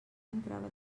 entrava